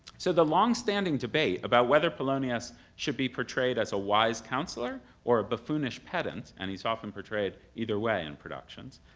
so the longstanding debate about whether polonius should be portrayed as a wise counselor or a buffoonish pedant, and he's often portrayed either way in productions,